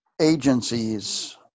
agencies